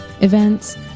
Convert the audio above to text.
events